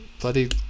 bloody